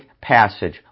passage